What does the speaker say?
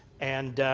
and